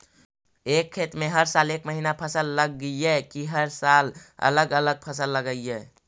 एक खेत में हर साल एक महिना फसल लगगियै कि हर साल अलग अलग फसल लगियै?